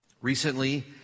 recently